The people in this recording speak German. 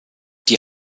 die